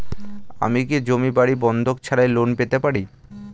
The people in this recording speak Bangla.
আমি কি জমি বাড়ি বন্ধক ছাড়াই লোন পেতে পারি?